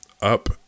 Up